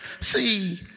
see